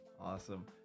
awesome